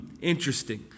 interesting